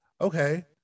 okay